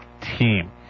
team